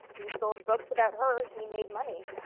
he sold books about her, he made money.